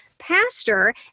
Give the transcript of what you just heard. pastor